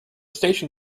station